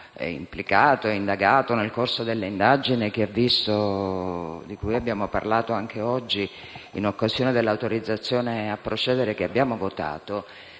implicato e indagato nel corso dell'indagine di cui abbiamo parlato anche oggi, in occasione dell'autorizzazione a procedere che abbiamo votato,